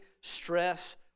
stress